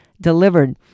delivered